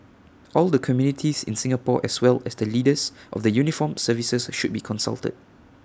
all the communities in Singapore as well as the leaders of the uniformed services should be consulted